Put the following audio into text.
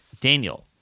Daniel